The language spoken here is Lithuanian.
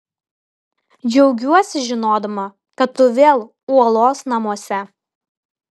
džiaugiuosi žinodama kad tu vėl uolos namuose